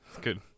Good